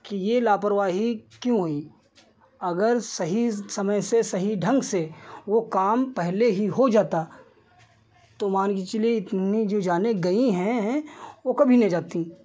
कि यह लापरवाही क्यों हुई अगर सही समय से सही ढंग से वह काम पहले ही हो जाता तो मानकर चलिए इतनी जो जानें गई हैं वह कभी ना जातीं